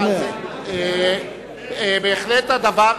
על זה אני רוצה לענות.